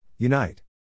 Unite